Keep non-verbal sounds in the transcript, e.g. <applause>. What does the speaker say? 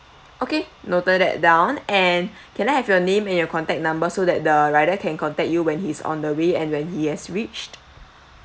okay noted that down and <breath> can I have your name and your contact number so that the rider can contact you when he's on the way and when he has reached